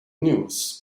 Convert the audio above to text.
news